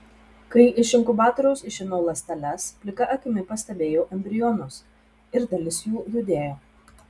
kai iš inkubatoriaus išėmiau ląsteles plika akimi pastebėjau embrionus ir dalis jų judėjo